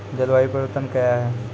जलवायु परिवर्तन कया हैं?